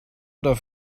oder